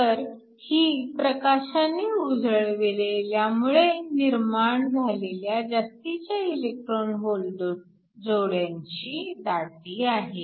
तर ही प्रकाशाने उजळविल्यामुळे निर्माण झालेल्या जास्तीच्या इलेक्ट्रॉन होल जोड्यांची दाटी आहे